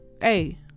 hey